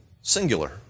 singular